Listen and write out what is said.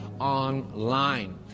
online